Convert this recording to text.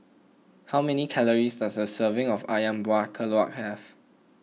how many calories does a serving of Ayam Buah Keluak have